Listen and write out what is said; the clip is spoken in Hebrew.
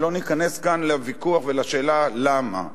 ולא ניכנס כאן לוויכוח ולשאלה למה.